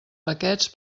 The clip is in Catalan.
paquets